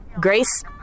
Grace